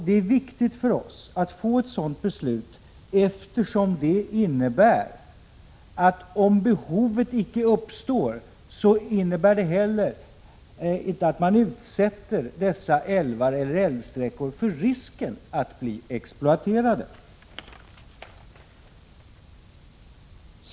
Det är viktigt för oss att få ett sådant beslut, eftersom det innebär att om behov icke uppstår kommer dessa älvar eller älvsträckor inte heller att utsättas för risken att bli exploaterade.